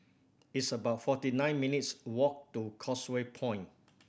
it's about forty nine minutes' walk to Causeway Point